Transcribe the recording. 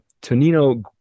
Tonino